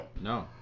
No